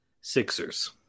Sixers